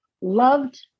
loved